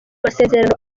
masezerano